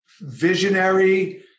visionary